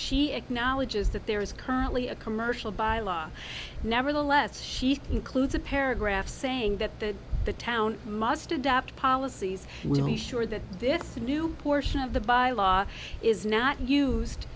she acknowledges that there is currently a commercial by law never unless he includes a paragraph saying that the town must adopt policies we'll be sure that this new portion of the by law is not used